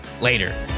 later